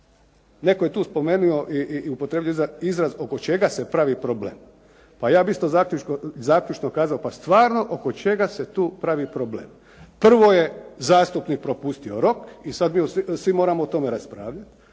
Netko je tu spomenuo i upotrijebio izraz oko čega se pravi problem? Pa ja bih isto zaključno kazao, pa stvarno oko čega se tu pravi problem. Prvo je zastupnik propustio rok i sad mi svi moramo o tome raspravljati.